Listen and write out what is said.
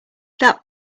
that